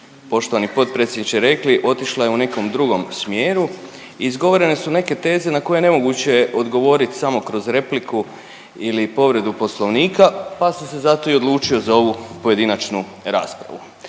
poštovani potpredsjedniče rekli otišla je u nekom drugom smjeru. Izgovorene su neke teze na koje je nemoguće odgovorit samo kroz repliku ili povredu Poslovnika pa sam se zato i odlučio za ovu pojedinačnu raspravu.